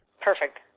Perfect